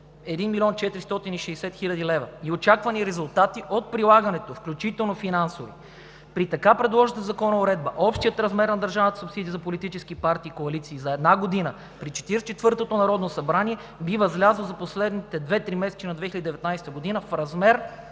1 млн. 460 хил. лв. Очаквани резултати от прилагането, включително финансово. При така предложената законова уредба общият размер на държавната субсидия за политически партии и коалиции за една година, при 44-тото Народно събрание, за последните две тримесечия на 2019 г. би възлязъл